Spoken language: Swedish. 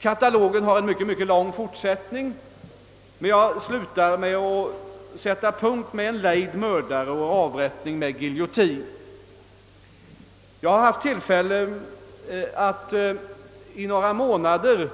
Katalogen har en mycket lång fortsättning, men jag sätter punkt för denna uppräkning med en lejd mördare och en avrättning med giljotin. Som delegat i FN har jag haft tillfälle att under några månader